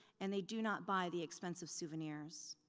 and they do not buy the expensive souvenirs.